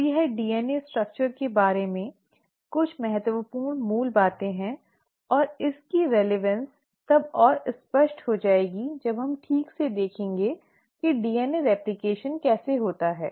अब यह डीएनए संरचना के बारे में कुछ महत्वपूर्ण मूल बातें हैं और इस की प्रासंगिकता तब और स्पष्ट हो जाएगी जब हम ठीक से देखेंगे कि डीएनए प्रतिकृति कैसे होता है